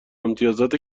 امتیازات